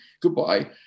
goodbye